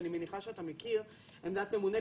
שאני מניחה שאתה מכיר עמדת ממונה,